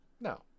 No